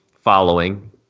following